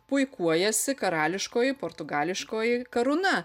puikuojasi karališkoji portugališkoji karūna